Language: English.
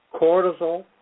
cortisol